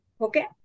Okay